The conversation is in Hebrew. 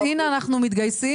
אז הנה אנחנו מתגייסים,